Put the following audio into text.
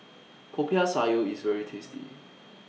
Popiah Sayur IS very tasty